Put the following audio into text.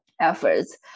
efforts